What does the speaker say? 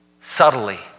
Subtly